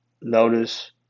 notice